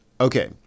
Okay